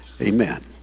Amen